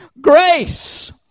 Grace